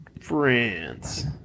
France